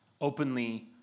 openly